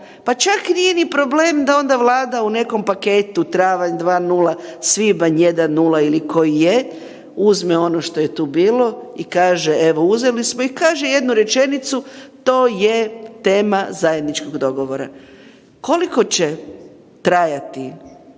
Pa čak nije ni problem da onda Vlada u nekom paketu travanj 2 0, svibanj 1 0 ili koji je uzme ono što je tu bilo i kaže evo uzeli smo i kaže jednu rečenicu to je tema zajedničkog dogovora. Koliko će trajati